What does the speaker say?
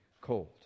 cold